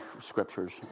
scriptures